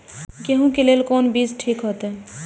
गेहूं के लेल कोन बीज ठीक होते?